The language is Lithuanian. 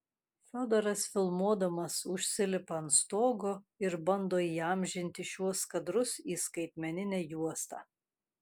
fiodoras filmuodamas užsilipa ant stogo ir bando įamžinti šiuos kadrus į skaitmeninę juostą